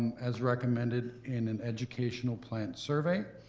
as recommended in an educational plant survey,